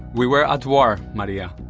we were at war maria.